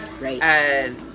Right